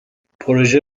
پروژه